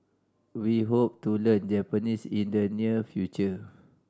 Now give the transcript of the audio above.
we hope to learn Japanese in the near future